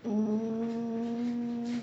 um